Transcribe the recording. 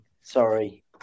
Sorry